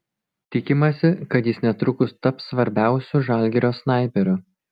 tikimasi kad jis netrukus taps svarbiausiu žalgirio snaiperiu